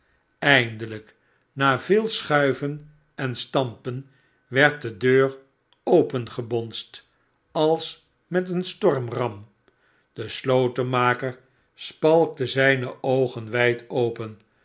eindelijk na veel schuiven en stampen werd de deur opengebonsd als met een stormram de slotenmaker spalkte zijne oogen wijd open